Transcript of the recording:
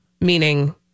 meaning